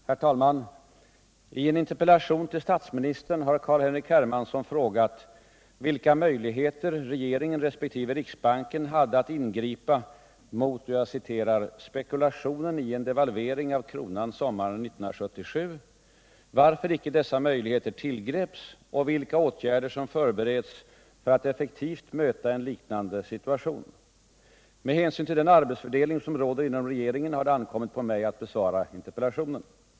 Herr talman! I en interpellation till statsministern har Carl-Henrik Hermansson frågat vilka möjligheter regeringen resp. riksbanken hade att ingripa mot ”spekulationen i en devalvering av kronan sommaren 1977”, varför icke dessa möjligheter tillgreps och vilka åtgärder som förbereds för att effektivt möta en liknande situation. Med hänsyn till den arbetsfördelning som råder inom regeringen har det ankommit på mig att besvara interpellationen.